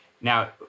Now